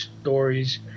stories